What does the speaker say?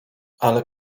ale